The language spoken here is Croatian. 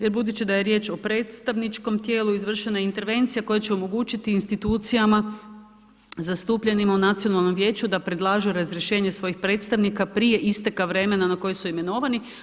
Jer budući da je riječ o predstavničkom tijelu, izvršena intervencija, koja će omogućiti institucijama zastupljenima u nacionalnom vijeću, da predlažu razrješenje svojih predstavnika prije isteka vremena na koje su imenovani.